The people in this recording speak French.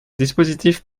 dispositif